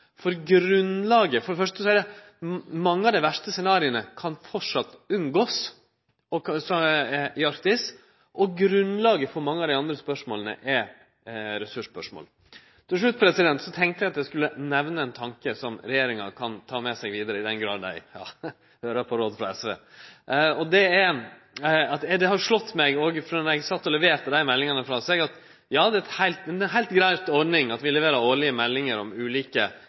Mange av dei verste scenarioa kan ein framleis unngå i Arktis, og grunnlaget for mange av dei andre spørsmåla er ressursspørsmål. Til slutt tenkte eg at eg skulle nemne ein tanke som regjeringa kan ta med seg vidare, i den grad dei høyrer på råd frå SV, og det er: Det har slått meg, òg frå då eg sat og leverte meldingane frå meg, at det er ei heilt grei ordning at vi leverer årlege meldingar om dei ulike